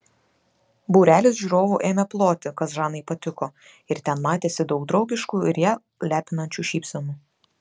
būrelis žiūrovų ėmė ploti kas žanai patiko ir ten matėsi daug draugiškų ir ją lepinančių šypsenų